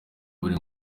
buri